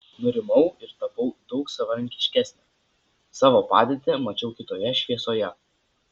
nurimau ir tapau daug savarankiškesnė savo padėtį mačiau kitoje šviesoje